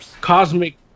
cosmic